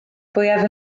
fwyaf